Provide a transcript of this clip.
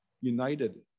united